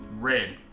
Red